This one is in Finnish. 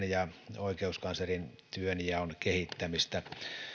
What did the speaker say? ja oikeuskanslerin työnjaon kehittämistä